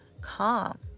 calm